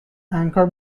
anchor